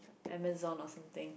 Amazon or something